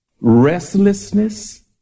restlessness